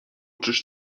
czyż